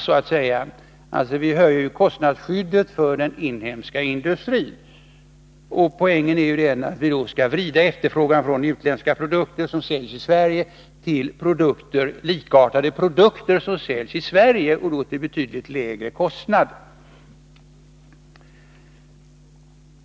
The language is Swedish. Vi höjer alltså kostnadsskyddet för den inhemska industrin. Poängen är att vi skall vrida efterfrågan från utländska produkter som säljs i Sverige till likartade produkter som tillverkas i Sverige och säljs till betydligt lägre kostnad.